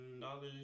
dollars